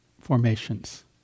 formations